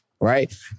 Right